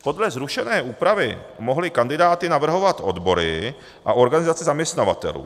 Podle zrušené úpravy mohly kandidáty navrhovat odbory a organizace zaměstnavatelů.